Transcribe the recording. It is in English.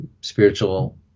spiritual